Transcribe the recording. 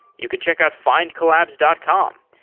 you can check out findcollabs dot com.